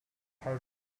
part